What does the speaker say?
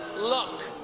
look,